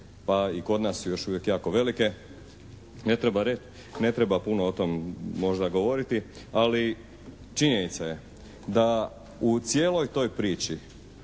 pa i kod nas su još uvijek jako velike. Ne treba puno o tome možda govoriti, ali činjenica je da u cijeloj toj priči